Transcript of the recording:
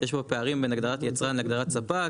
יש פה פערים בין הגדרת יצרן להגדרת ספק,